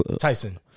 Tyson